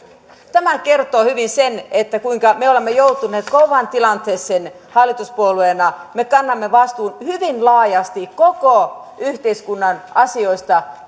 tämä kertoo hyvin sen kuinka me olemme joutuneet kovaan tilanteeseen hallituspuolueena me kannamme vastuun hyvin laajasti koko yhteiskunnan asioista